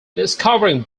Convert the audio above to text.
discovering